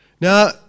Now